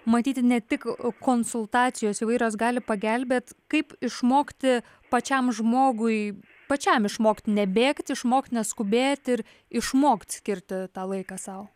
matyti ne tik konsultacijos įvairios gali pagelbėt kaip išmokti pačiam žmogui pačiam išmokt nebėgti išmokt neskubėt ir išmokt skirti tą laiką sau